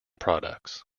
products